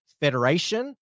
Federation